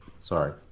sorry